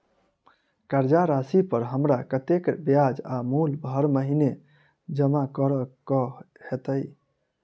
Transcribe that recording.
कर्जा राशि पर हमरा कत्तेक ब्याज आ मूल हर महीने जमा करऽ कऽ हेतै?